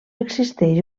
existeix